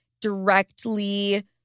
directly